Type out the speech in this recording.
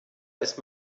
ist